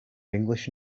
english